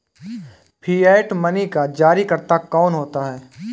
Fiat money का जारीकर्ता कौन होता है?